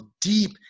deep